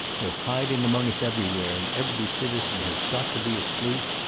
they're hiding among us everywhere, and every citizen has got to be a sleuth,